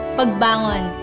pagbangon